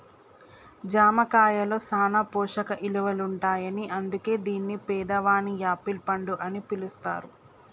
జామ కాయలో సాన పోషక ఇలువలుంటాయని అందుకే దీన్ని పేదవాని యాపిల్ పండు అని పిలుస్తారు